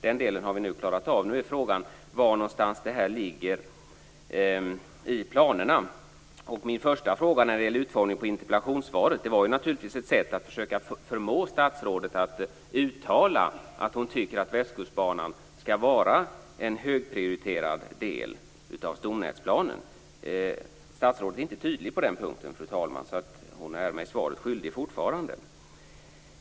Den delen har vi klarat av nu. Nu är frågan: Var någonstans i planerna ligger detta? Min första fråga gäller utformningen på interpellationssvaret. Min interpellation var naturligtvis ett sätt att försöka få statsrådet att uttala att hon tycker att Västkustbanan skall vara en högprioriterad del av stomnätsplanen. Statsrådet är inte tydlig på den punkten, fru talman. Hon är mig svaret skyldig fortfarande.